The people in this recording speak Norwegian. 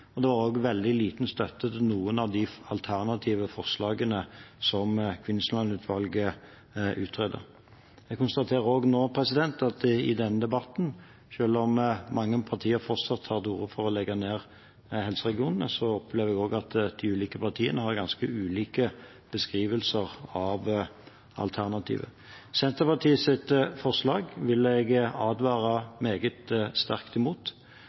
i høringsrunden var svært liten støtte til Kvinnsland-utvalgets flertallsforslag. Jeg oppfatter heller ikke at noen partier har støttet det forslaget. Det er også veldig liten støtte til noen av de alternative forslagene som Kvinnsland-utvalget utredet. Jeg konstaterer også at i denne debatten – selv om mange partier fortsatt tar til orde for å legge ned helseregionene – opplever jeg at de ulike partiene har ganske ulike beskrivelser av alternativet. Senterpartiets forslag vil